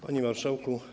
Panie Marszałku!